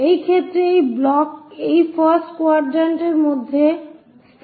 এই ক্ষেত্রে এই ব্লক এই ফার্স্ট কোয়াড্রান্ট এর মধ্যে স্থাপন করা হয়